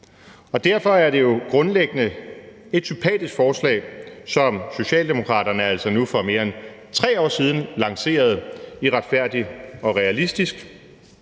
Derfor er det jo grundlæggende et sympatisk forslag, som Socialdemokraterne altså nu for mere end 3 år siden lancerede i »Retfærdig og realistisk«